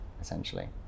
essentially